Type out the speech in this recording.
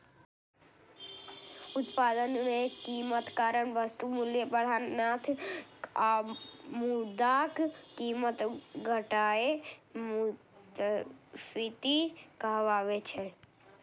उत्पादन मे कमीक कारण वस्तुक मूल्य बढ़नाय आ मुद्राक कीमत घटनाय मुद्रास्फीति कहाबै छै